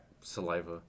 saliva